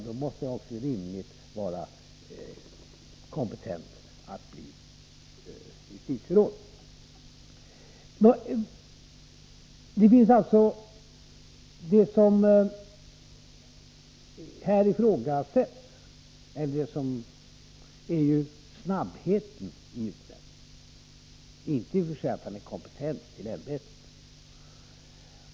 Då måste han också rimligen vara kompetent att bli justitieråd. Det som här ifrågasätts är ju snabbheten i utnämningen, inte i och för sig hans kompetens till ämbetet.